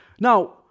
now